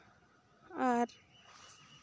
ᱟᱨ